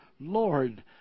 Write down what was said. Lord